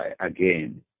again